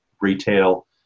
retail